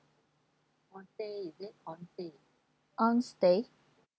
on stay